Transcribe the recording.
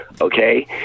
okay